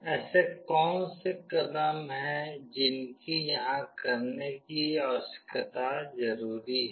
ऐसे कौन से कदम हैं जिनकी यहाँ करने की आवश्यकता जरुरी है